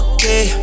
Okay